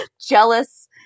Jealous